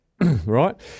Right